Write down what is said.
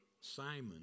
Simon